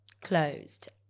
closed